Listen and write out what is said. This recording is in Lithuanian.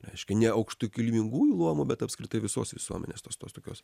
reiškiniai ne aukštų kilmingųjų luomo bet apskritai visos visuomenės tos tos tokios